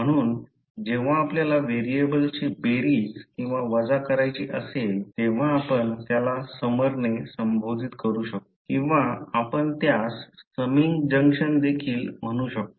म्हणून जेव्हा आपल्याला व्हेरिएबल्सची बेरीज किंवा वजा करायची असेल तेव्हा आपण त्याला समरने संबोधित करू शकतो किंवा आपण त्यास समिंग जंक्शन देखील म्हणू शकतो